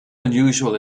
unusual